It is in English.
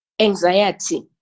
anxiety